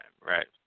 right